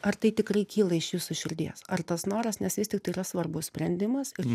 ar tai tikrai kyla iš jūsų širdies ar tas noras nes vis tik tai yra svarbus sprendimas ir